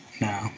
no